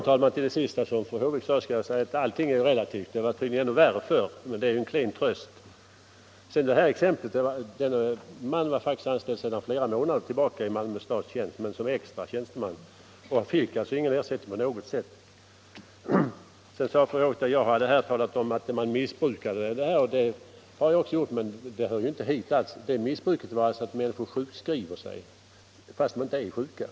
Herr talman! Allting är relativt; att det var värre förr är en klen tröst. Mannen i mitt exempel hade varit anställd i flera månader i Malmö kommuns tjänst, men som extra tjänsteman. Han fick därför inte någon ersättning av något slag. Fru Håvik nämnde att jag tidigare sagt att försäkringen missbrukas. Det är riktigt, men det hör ju inte hit. Det missbruk jag då talade om består i att människor sjukskriver sig fastän de inte är sjuka.